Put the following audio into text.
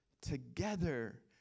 together